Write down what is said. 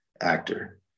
actor